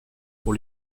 pour